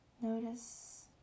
Notice